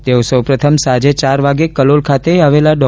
તેઓ સૌ પ્રથમ સાંજે ચાર વાગે કલોલ ખાતે આવેલા ડો